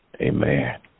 Amen